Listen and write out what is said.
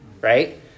right